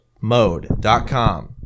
mode.com